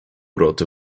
roty